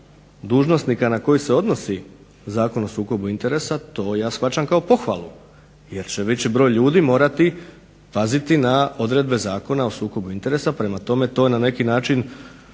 dužnosnika na koji se odnosi Zakon o sukobu interesa to ja shvaćam kao pohvalu, jer će veći broj ljudi morati paziti na odredbe Zakona o sukobu interesa. Prema tome, to je na neki način